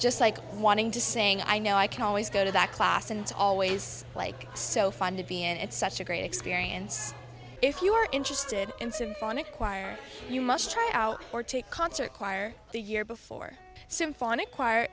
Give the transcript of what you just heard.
just like wanting to saying i know i can always go to that class and always like it's so fun to be and it's such a great experience if you are interested in symphonic choir you must try out or to a concert choir the year before symphonic choir